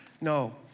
No